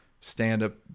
stand-up